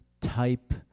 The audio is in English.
type